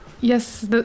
Yes